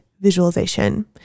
Visualization